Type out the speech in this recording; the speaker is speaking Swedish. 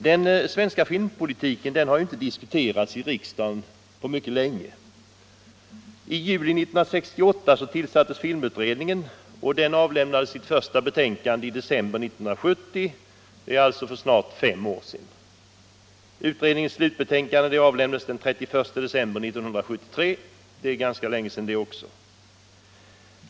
Den svenska filmpolitiken har inte diskuterats i riksdagen på mycket länge. I juli 1968 tillsattes filmutredningen, som avlämnade sitt första betänkande i december 1970, alltså för snart fem år sedan. Utredningens slutbetänkande avlämnades den 31 december 1973, vilket är ganska länge sedan det också.